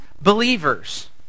believers